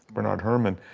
bernard herrmann,